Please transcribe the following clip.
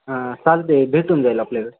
हां चालतं आहे भेटून जाईल आपल्याला